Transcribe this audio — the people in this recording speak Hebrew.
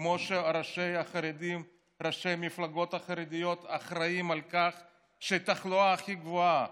כמו שראשי המפלגות החרדיות אחראים לכך שהתחלואה הכי גבוהה,